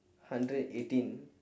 hundred eighteen